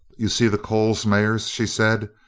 you see the coles mares? she said.